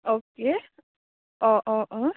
अके अ अ अ